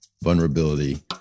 vulnerability